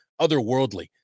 otherworldly